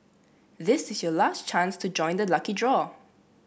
this is your last chance to join the lucky draw